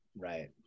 right